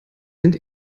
sind